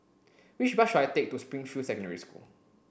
which bus should I take to Springfield Secondary School